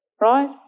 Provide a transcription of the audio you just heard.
right